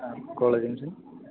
ആ college junction